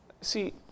See